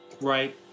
Right